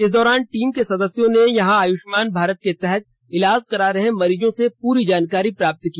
इस दौरान टीम के सदस्यों ने यहां आयुष्मान भारत के तहत इलाज करा रहे मरीजों से पूरी जानकारी प्राप्त की